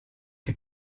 che